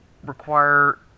require